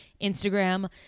Instagram